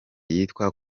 yitwa